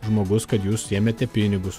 žmogus kad jūs ėmėte pinigus